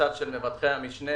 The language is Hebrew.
המצב של מבטחי המשנה